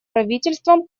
правительствам